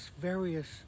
various